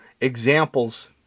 examples